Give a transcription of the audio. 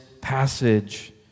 passage